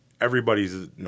everybody's